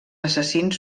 assassins